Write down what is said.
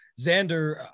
xander